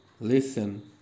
listen